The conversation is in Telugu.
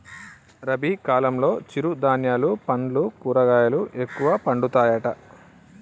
రబీ కాలంలో చిరు ధాన్యాలు పండ్లు కూరగాయలు ఎక్కువ పండుతాయట